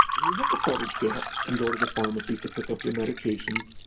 and you hit the coverage gap and go to the pharmacy to pick up your medications,